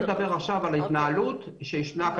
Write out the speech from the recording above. אני מדברת על ההתנהלות הקיימת.